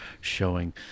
showing